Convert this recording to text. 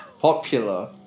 Popular